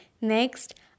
Next